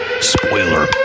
spoiler